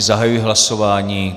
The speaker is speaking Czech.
Zahajuji hlasování.